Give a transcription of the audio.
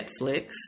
Netflix